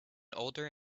older